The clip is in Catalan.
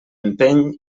empeny